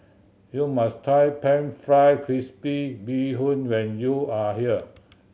you must try Pan Fried Crispy Bee Hoon when you are here